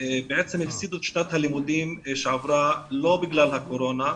בעצם הפסידו את שנת הלימודים שעברה לא בגלל הקורונה.